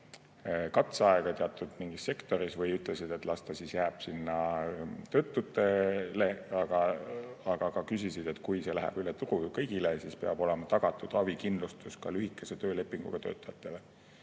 katseaega teatud sektoris või ütlesid, et las ta jääb töötutele, aga ka [ütlesid], et kui see läheb üle turu kõigile, siis peab olema tagatud ravikindlustus ka lühikese töölepinguga töötajatele.